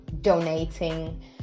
donating